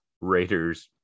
Raiders